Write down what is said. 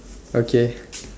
okay